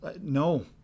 no